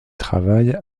travaille